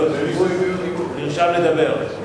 זה לא הסתייגות דיבור, נרשם לדבר.